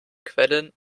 quellen